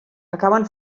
acaben